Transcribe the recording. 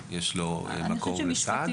מטר וחצי.